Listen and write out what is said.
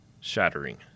shattering